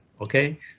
okay